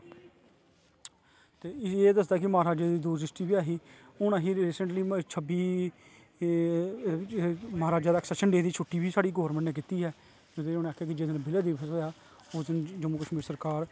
ते एहदे आस्ते माहाराजा दी दूर दृष्टी बी ऐ ही हून आसी रिसेन्टली छब्बी महाराजा दा एक्सैशन डे दी छुट्टी बी साढ़ी गवर्नमेंट ने कीती ऐ ते उनें आखेआ कि जिस दिन बिलय दिवस होआ उस दिन जम्मू कशमीर सरकार